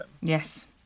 Yes